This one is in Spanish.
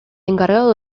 encargado